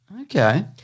Okay